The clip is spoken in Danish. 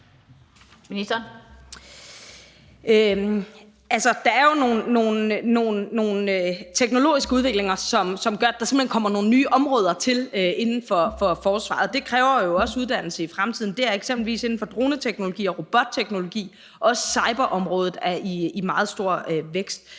Bramsen): Altså, der er jo nogle teknologiske udviklinger, som gør, at der simpelt hen kommer nogle nye områder til inden for forsvaret, og det kræver jo også uddannelse i fremtiden. Det er eksempelvis inden for droneteknologi og robotteknologi, og også cyberområdet er i meget stor vækst.